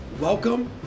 Welcome